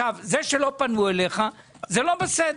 זה שלא פנו אליך זה לא בסדר.